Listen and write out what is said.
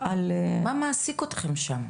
מה מעסיק אתכם שם?